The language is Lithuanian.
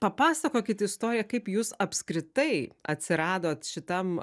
papasakokit istoriją kaip jūs apskritai atsiradot šitam